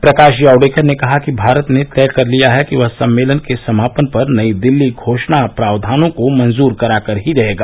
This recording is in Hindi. प्रकाश जावडेकर ने कहा कि भारत ने तय कर लिया है कि वह सम्मेलन के समापन पर नई दिल्ली घोषणा प्रावधानों को मंजूर कराकर ही रहेगा